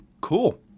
cool